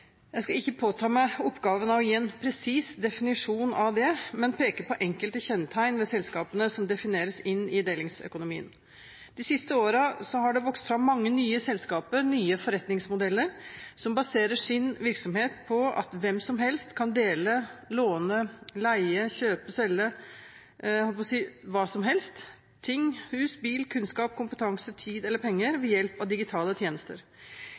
Jeg skal ikke påta meg oppgaven å gi en presis definisjon av det, men peke på enkelte kjennetegn ved selskapene som defineres inn i delingsøkonomien. De siste årene har det vokst fram mange nye selskaper, nye forretningsmodeller, som baserer sin virksomhet på at hvem som helst kan dele, låne, leie, kjøpe og selge – jeg holdt på å si, hva som helst – ting, hus, bil, kunnskap, kompetanse, tid eller penger ved hjelp av digitale tjenester.